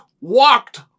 walked